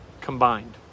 combined